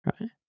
right